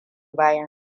bayan